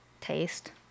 taste